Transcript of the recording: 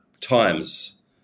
times